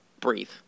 breathe